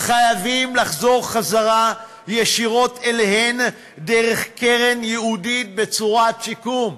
חייבים לחזור ישירות אליהם דרך קרן ייעודית בצורת שיקום.